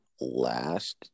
last